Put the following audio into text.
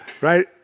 right